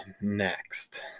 next